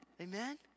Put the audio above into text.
Amen